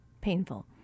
painful